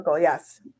yes